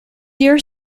dear